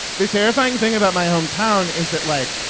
the terrifying thing about my hometown is that, like,